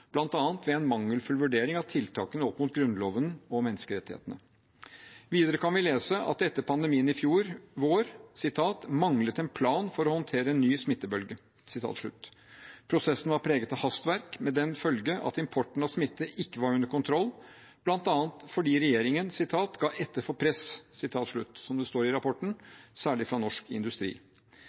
menneskerettighetene. Videre kan vi lese at det etter pandemien i fjor vår «manglet en plan for å håndtere en ny smittebølge». Prosessen var preget av hastverk, med den følge at importen av smitte ikke var under kontroll, bl.a. fordi regjeringen, som det står i rapporten, «ga etter for press», særlig fra Norsk Industri. Igjen tegner kommisjonen et bilde av en regjering som